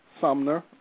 Sumner